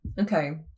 okay